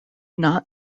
not